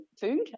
food